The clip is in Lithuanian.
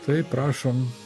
tai prašom